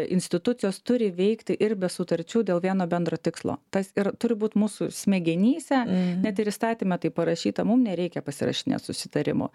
institucijos turi veikti ir be sutarčių dėl vieno bendro tikslo tas ir turi būt mūsų smegenyse net ir įstatyme taip parašyta mum nereikia pasirašinėt susitarimų